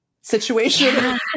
situation